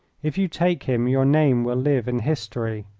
if you take him your name will live in history.